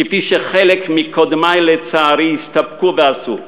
כפי שחלק מקודמי, לצערי, הסתפקו ועשו,